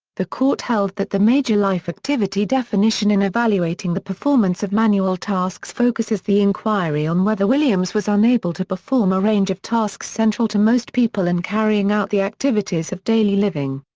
the court held that the major life activity definition in evaluating the performance of manual tasks focuses the inquiry on whether williams was unable to perform a range of tasks central to most people in carrying out the activities of daily living.